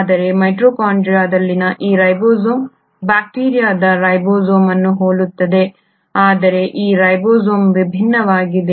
ಆದರೆ ಮೈಟೊಕಾಂಡ್ರಿಯಾದಲ್ಲಿನ ಈ ರೈಬೋಸೋಮ್ ಬ್ಯಾಕ್ಟೀರಿಯಾದ ರೈಬೋಸೋಮ್ ಅನ್ನು ಹೋಲುತ್ತದೆ ಆದರೆ ಈ ರೈಬೋಸೋಮ್ ವಿಭಿನ್ನವಾಗಿದೆ